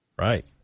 Right